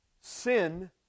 sin